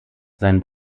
sein